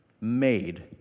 made